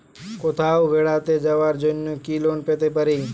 কোথাও বেড়াতে যাওয়ার জন্য কি লোন পেতে পারি?